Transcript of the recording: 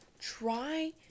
try